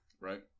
right